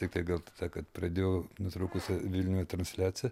tiktai gal ta kad pradėjau nutrūkusią vilniuje transliaciją